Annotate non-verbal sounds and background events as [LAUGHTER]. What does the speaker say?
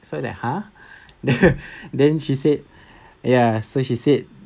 so that ha [LAUGHS] then she said ya so she said